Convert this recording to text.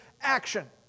action